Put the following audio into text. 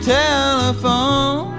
telephone